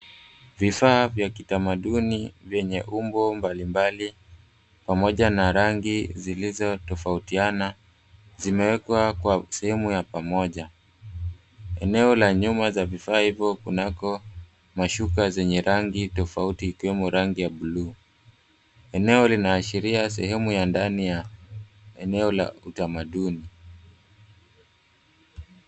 Vifaa vya kitamaduni vyenye umbo mbalimbali pamoja na rangi zilizo tofautiana, zimewekwa kwa sehemu ya pamoja. Eneo la nyuma za vifaa hizo kunako mashuka zenye rangi tofauti ikiwemo rangi ya blue . Eneo linaashiria sehemu ya ndani ya eneo la utamaduni.